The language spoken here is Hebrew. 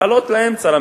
לעלות לאמצע,